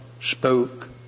spoke